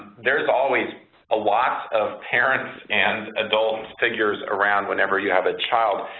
there's always a lot of parents and adults figures around whenever you have a child.